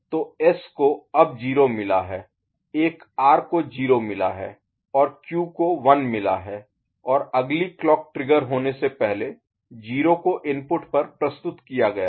तो S को अब 0 मिला है एक R को 0 मिला है और Q को 1 मिला है और अगली क्लॉक ट्रिगर होने से पहले 0 को इनपुट पर प्रस्तुत किया गया है